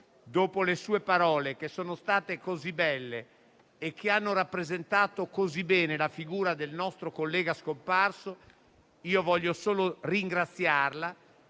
dopo le sue parole, che sono state così belle e hanno rappresentato così bene la figura del nostro collega scomparso, desidero solo ringraziarla,